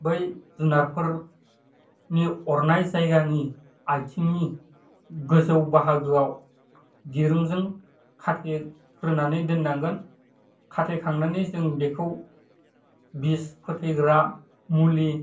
जों बै जुनारफोरनि अरनाय जायगानि आयथिंनि गोजौ बाहागोआव दिरुंजों खाथेग्रोनानै दोननांगोन खाथेखांनानै जों बेखौ बिस फोथैग्रा मुलि